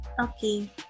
Okay